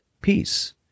peace